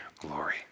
glory